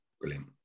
Brilliant